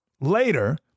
later